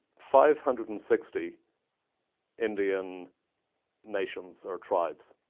five hundred and sixty indian nations or tribes